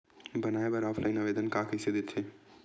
बनाये बर ऑफलाइन आवेदन का कइसे दे थे?